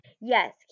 Yes